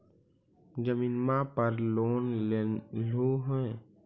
जमीनवा पर लोन लेलहु हे?